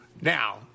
Now